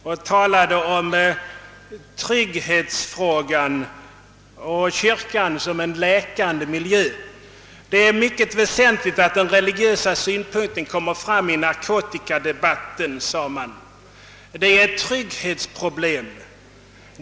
Man talade om trygghetsfrågan och om kyrkan som en läkande miljö. »Det är mycket väsentligt att den religiösa synpunkten kommer fram i narkotikadebatten», sade man. »Det är ett trygghetsproblem.